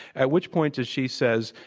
at which point, as she says,